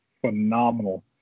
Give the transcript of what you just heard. phenomenal